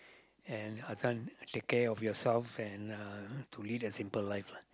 and I just want to take care of yourself and uh to lead a simple life lah